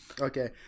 Okay